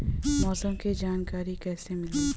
मौसम के जानकारी कैसे मिली?